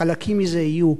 חלקים מזה יהיו.